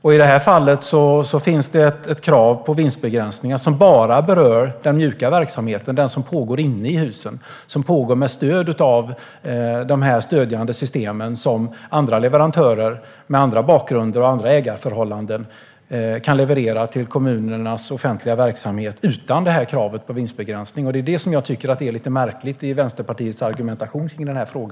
I detta fall finns ett krav på vinstbegränsningar som bara berör den mjuka verksamheten som pågår inne i husen och som pågår med stöd av dessa stödjande system som andra leverantörer med annan bakgrund och andra ägarförhållanden kan leverera till kommunernas offentliga verksamhet utan något krav på vinstbegränsning. Det är detta som jag tycker är märkligt i Vänsterpartiets argumentation.